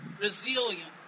resilient